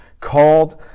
called